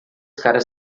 caras